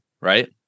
right